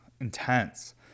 intense